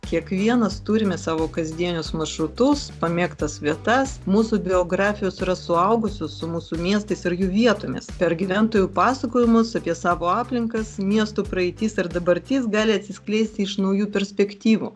kiekvienas turime savo kasdienius maršrutus pamėgtas vietas mūsų biografijos yra suaugusios su mūsų miestais ir jų vietomis per gyventojų pasakojimus apie savo aplinką miestų praeitis ir dabartis gali atsiskleisti iš naujų perspektyvų